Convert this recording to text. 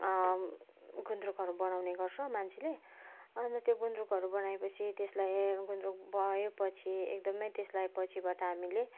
गुन्द्रुकहरू बनाउने गर्छौँ मान्छेले अन्त त्यो गुन्द्रुकहरू बनाएपछि त्यसलाई गुन्द्रुक भएपछि एकदमै त्यसलाई पछिबाट हामीले